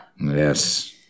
Yes